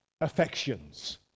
affections